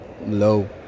low